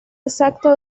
exactos